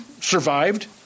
survived